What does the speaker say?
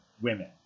women